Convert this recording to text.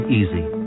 easy